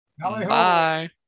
bye